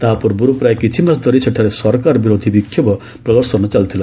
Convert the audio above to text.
ତାହା ପୂର୍ବରୁ ପ୍ରାୟ କିଛି ମାସ ଧରି ସେଠାରେ ସରକାର ବିରୋଧୀ ବିକ୍ଷୋଭ ପ୍ରଦର୍ଶନ ଚାଲିଥିଲା